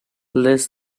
less